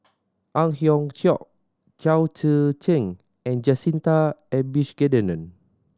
Ang Hiong Chiok Chao Tzee Cheng and Jacintha Abisheganaden